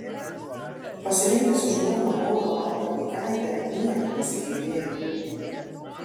pasirinkęs už žmoną oną vandą buikaitę niekad nesigailėjau